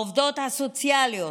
העובדות הסוציאליות,